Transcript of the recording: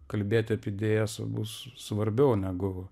kalbėt apie idėjas bus svarbiau negu